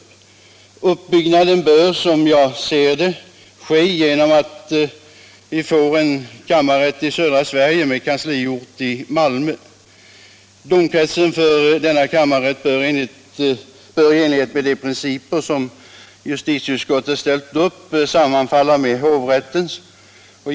Utbyggnaden bör, som jag ser det, ske genom att en kammarrätt med kansliort i Malmö inrättas. Domkretsen för denna kammarrätt bör i enlighet med de principer som justitieutskottet ställt upp sammanfalla med hovrättens.